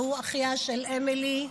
והוא אחיה של אמילי,